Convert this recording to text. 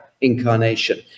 incarnation